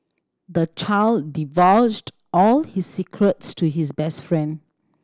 the child divulged all his secrets to his best friend